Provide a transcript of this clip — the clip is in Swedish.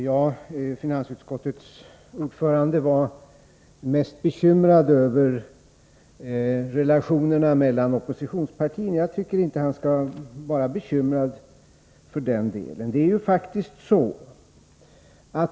Herr talman! Finansutskottets ordförande var mest bekymrad över relationerna mellan oppositionspartierna. Jag tycker inte att han skall vara bekymrad över detta.